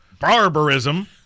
barbarism